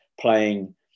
playing